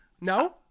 no